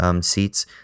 Seats